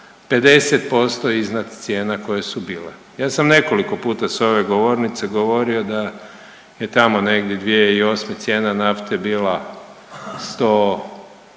50% iznad cijena koje su bile. Ja sam nekoliko puta s ove govornice govorio da tamo negdje 2008. cijena nafte bila 130